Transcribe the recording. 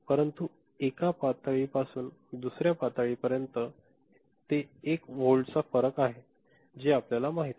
परंतु एका पातळीपासून दुसऱ्या पातळीपर्यंत ते एक व्होल्ट चा फरक आहे जे आपल्याला माहित आहे